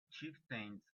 chieftains